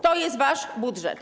To jest wasz budżet.